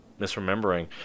misremembering